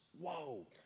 Whoa